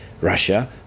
Russia